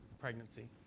pregnancy